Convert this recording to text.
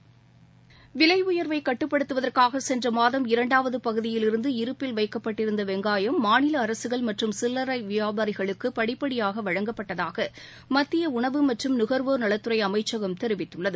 வெங்காயத்தின் விலை உயர்வை கட்டுப்படுத்துவதற்காக சென்ற மாதம் இரண்டாவது பகுதியிலிருந்து இருப்பில் வைக்கப்பட்டிருந்த வெங்காயம் மாநில அரசுகள் மற்றும் சில்லரை வியாபாரிகளுக்கு படிப்படியாக வழங்கப்பட்டதாக மத்திய உணவு மற்றும் நுகர்வோர் நலத்துறை அமைச்சகம் தெரிவித்துள்ளது